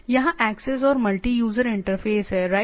यहां एक्सेस और multi user interface है राइट